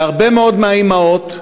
והרבה מאוד מהאימהות שעובדות,